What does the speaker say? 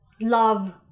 love